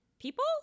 People